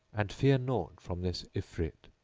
and fear naught from this ifrit.